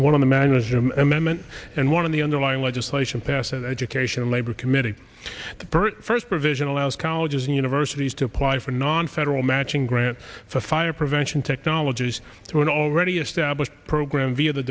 amendment and one of the underlying legislation passes education and labor committee the first provision allows colleges and universities to apply for non federal matching grants for fire prevention technologies through an already established program via the